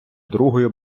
другою